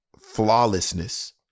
flawlessness